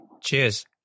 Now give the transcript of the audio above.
Cheers